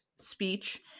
speech